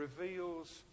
reveals